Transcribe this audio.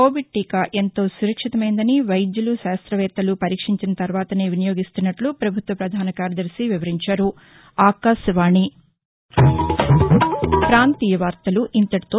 Covid టీకా ఎంతో సురక్షితమైందని వైద్యులు శాస్తవేత్తలు పరీక్షించిన తర్వాతనే వినియోగిస్తున్నట్ట పభుత్వ ప్రధాన కార్యదర్శి వివరించారు